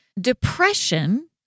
Depression